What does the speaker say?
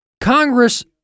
Congress